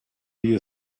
you